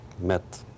met